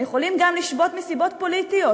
הם יכולים גם לשבות מסיבות פוליטיות,